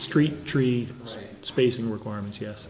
street tree spacing requirements yes